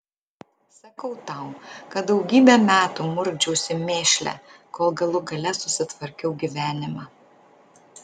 sakau tau kad daugybę metų murkdžiausi mėšle kol galų gale susitvarkiau gyvenimą